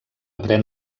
pren